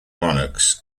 monarchs